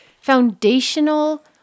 foundational